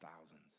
thousands